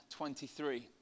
23